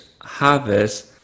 harvest